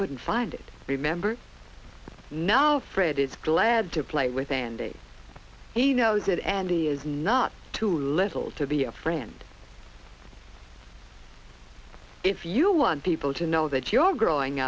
couldn't find it remember now fred is glad to play with and he knows it and he is not too little to be a friend if you want people to know that you're growing